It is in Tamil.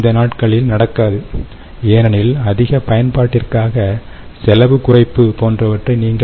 இந்த நாட்களில் நடக்காது ஏனெனில் அதிக பயன்பாட்டிற்காக செலவு குறைப்பு போன்றவற்றை நீங்கள்